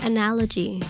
Analogy